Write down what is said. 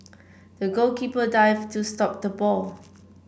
the goalkeeper dived to stop the ball